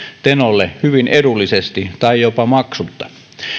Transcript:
tenolle hyvin edullisesti tai jopa maksutta